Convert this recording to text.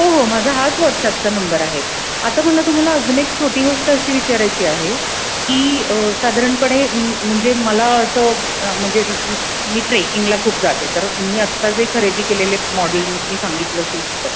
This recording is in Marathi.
हो हो माझा हाच व्हॉट्सॲपचा नंबर आहे आता मला तुम्हाला अजून एक छोटी गोष्ट अशी विचारायची आहे की साधारणपणे म्हणजे मला असं म्हणजे मी ट्रेकिंगला खूप जाते तर मी आत्ता जे खरेदी केलेले मॉडेल मी सांगितलं शूजचं